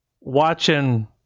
watching